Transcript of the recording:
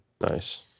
nice